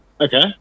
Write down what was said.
Okay